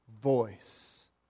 voice